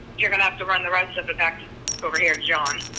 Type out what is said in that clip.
you're going to um to run the right to the next over here john.